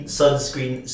sunscreen